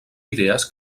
idees